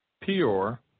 Peor